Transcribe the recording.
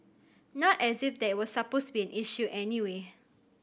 not as if that was supposed be an issue anyway